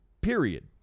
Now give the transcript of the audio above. Period